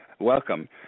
Welcome